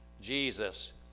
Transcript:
Jesus